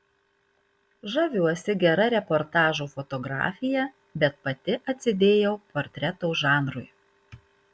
žaviuosi gera reportažo fotografija bet pati atsidėjau portreto žanrui